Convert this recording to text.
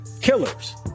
killers